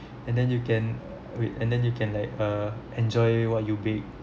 and then you can uh wait and then you can like err enjoy what you bake